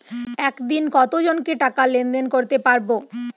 একদিন কত জনকে টাকা লেনদেন করতে পারবো?